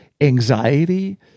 anxiety